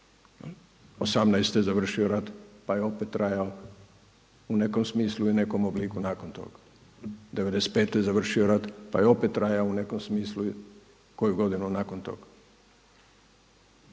18. je završio rat pa je opet trajao u nekom smislu i nekom obliku nakon toga. ´95. je zavrio rat, pa je opet trajao u nekom smislu i koju godinu nakon toga.